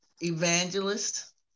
evangelist